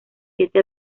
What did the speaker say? siete